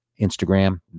Instagram